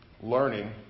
learning